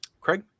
Craig